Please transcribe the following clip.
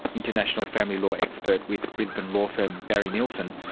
international family law expert with brisbane law firm barry nilsson,